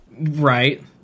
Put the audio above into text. right